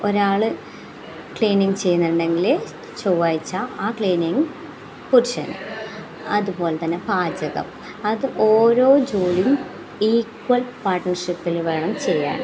ഒരാൾ ക്ലീനിങ്ങ് ചെയ്യുന്നുണ്ടെങ്കിൽ ചൊവ്വാഴ്ച്ച ആ ക്ലീനിങ്ങ് പുരുഷൻ അതുപോലെ തന്നെ പാചകം അത് ഓരോ ജോലിയും ഈക്വൽ പാർട്ണർഷിപ്പിൽ വേണം ചെയ്യാൻ